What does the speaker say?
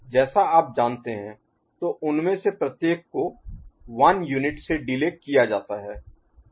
जैसा आप जानते हैं तो उनमें से प्रत्येक को 1 यूनिट Unit इकाई से डिले किया जाता है